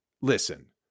listen